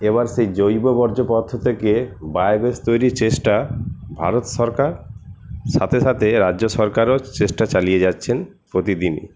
এবার সেই জৈব বর্জ্য পদার্থ থেকে বায়োগ্যাস তৈরির চেষ্টা ভারত সরকার সাথে সাথে রাজ্য সরকারও চেষ্টা চালিয়ে যাচ্ছেন প্রতিদিনই